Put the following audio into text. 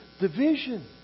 division